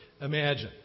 imagine